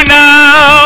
now